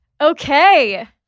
Okay